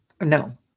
No